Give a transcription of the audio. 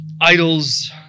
idols